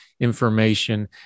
information